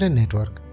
network